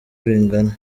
bingana